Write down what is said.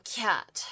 cat